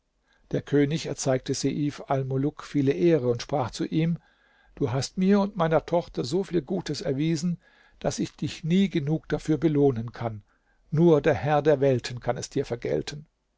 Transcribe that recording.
der könig erzeigte seif almuluk viele ehre und sprach zu ihm du hast mir und meiner tochter so viel gutes erwiesen daß ich dich nie genug dafür belohnen kann nur der herr der welten kann es dir vergelten